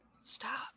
stop